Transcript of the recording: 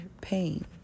pain